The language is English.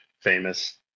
famous